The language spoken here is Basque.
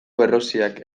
berroziak